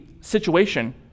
situation